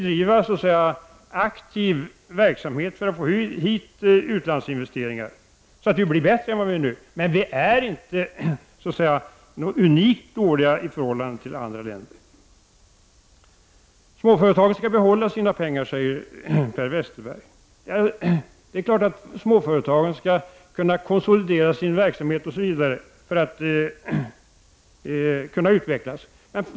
Vi måste bedriva aktiv verksamhet för att få hit utlandsin vesterare, så att vi blir bättre än vad vi är nu. Men vi är inte unikt dåliga i förhållande till andra länder. Småföretagen skall behålla sina pengar, säger Per Westerberg. Det är klart att småföretagen måste få konsolidera sin verksamhet så att de kan utvecklas.